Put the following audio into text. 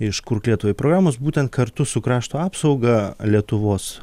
iš kurk lietuvai programos būtent kartu su krašto apsauga lietuvos